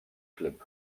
club